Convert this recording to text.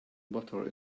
butter